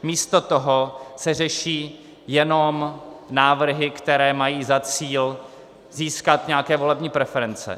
Místo toho se řeší jenom návrhy, které mají za cíl získat nějaké volební preference.